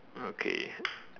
okay